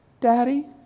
Daddy